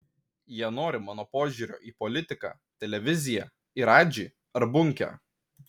jie nori mano požiūrio į politiką televiziją į radžį ar bunkę